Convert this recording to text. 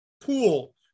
pool